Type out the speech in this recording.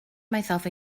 myself